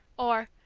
or,